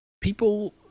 People